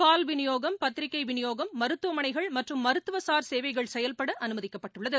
பால் விநியோகம் பத்திரிகைவிநியோகம் மருத்துவமனைகள் மற்றும் மருத்துவசார் சேவைகள் செயல்படஅனுமதிக்கப்பட்டுள்ளது